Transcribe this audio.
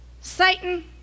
Satan